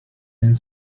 and